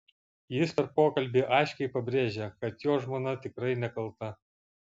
jis per pokalbį aiškiai pabrėžė kad jo žmona tikrai nekalta